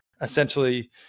essentially